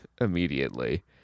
immediately